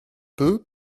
peu